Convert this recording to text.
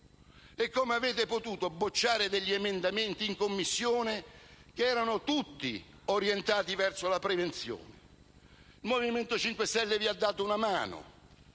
Come avete potuto bocciare degli emendamenti in Commissione che erano tutti orientati verso la prevenzione? Il Movimento 5 Stelle vi ha dato una mano,